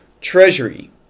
treasury